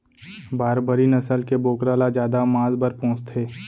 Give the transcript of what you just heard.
बारबरी नसल के बोकरा ल जादा मांस बर पोसथें